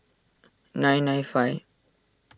nine nine five